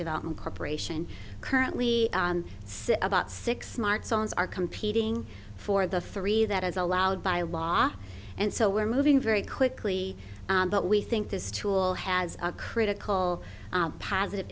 development corporation currently says about six smartphones are competing for the three that is allowed by law and so we're moving very quickly but we think this tool has a critical positive